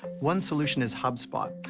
one solution is hubspot.